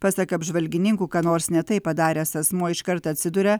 pasak apžvalgininkų ką nors ne taip padaręs asmuo iškart atsiduria